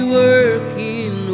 working